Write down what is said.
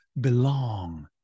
belong